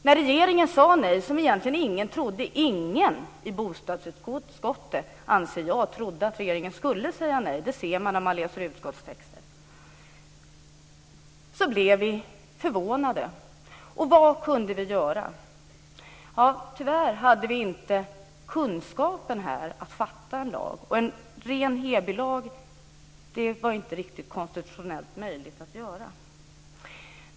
När regeringen sade nej blev vi förvånade. Ingen i bostadsutskottet, anser jag, trodde att regeringen skulle säga nej. Det ser man när man läser utskottstexten. Vad kunde vi göra? Tyvärr hade vi inte kunskap för att stifta en lag. En ren Hebylag var det inte riktigt konstitutionellt möjligt att stifta.